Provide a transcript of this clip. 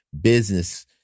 business